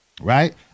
right